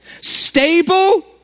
stable